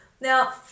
now